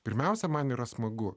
pirmiausia man yra smagu